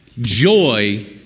joy